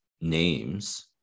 names